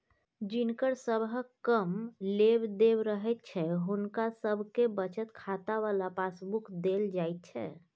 जिनकर सबहक कम लेब देब रहैत छै हुनका सबके बचत खाता बला पासबुक देल जाइत छै